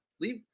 leave